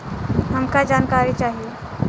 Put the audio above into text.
हमका जानकारी चाही?